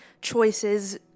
choices